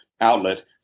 outlet –